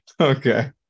Okay